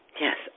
Yes